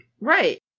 Right